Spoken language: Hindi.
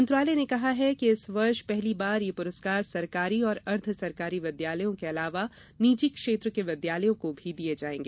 मंत्रालय ने कहा है कि इस वर्ष पहली बार यह पुरस्कार सरकारी और अर्ध सरकारी विद्यालयों के अलावा निजी क्षेत्र के विद्यालयों को भी दिया जायेगा